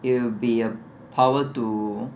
it'll be a power to